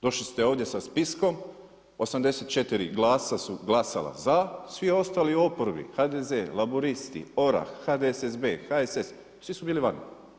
Došli ste ovdje sa spiskom, 84 glasa su glasala za, svi ostali u oporbi, HDZ, Laburisti, ORAH, HDSSB, HSS, svi su bili vani.